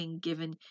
given